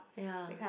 ya